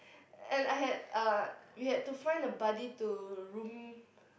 and I had uh we had to find a buddy to room